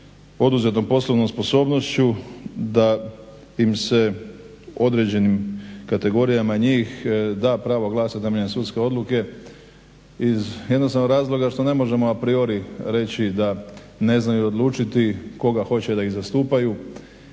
oduzetom poslovnom sposobnošću da im se, određenim kategorijama njih da pravo glasa … sudske odluke iz jednostavnog razloga što ne možemo a priori reći da ne znaju odlučiti koga hoće da ih zastupaju.